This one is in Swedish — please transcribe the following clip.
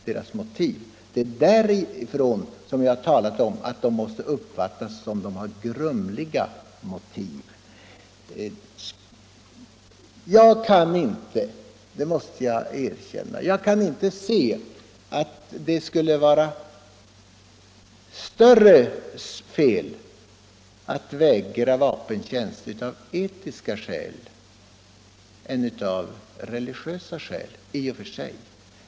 Det är från den utgångspunkten som jag talat om att det måste komma att uppfattas så att de har grumliga motiv. Jag kan inte — det måste jag erkänna — se att det i och för sig skulle vara mera felaktigt att vägra vapentjänst av etiska skäl än av religiösa skäl.